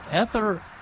ether